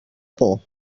por